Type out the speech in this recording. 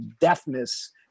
deafness